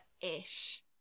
ish